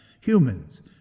humans